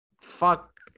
Fuck